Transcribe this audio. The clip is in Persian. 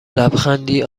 لبخندی